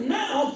now